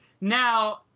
Now